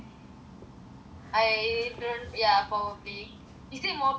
I don't ya probably he say more people he also will buy